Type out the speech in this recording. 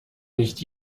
nicht